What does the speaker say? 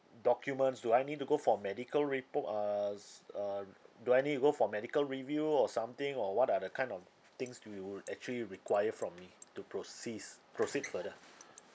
documents do I need to go for a medical repo~ err s~ uh do I need to go for medical review or something or what are the kind of things do you actually require from me to proceed further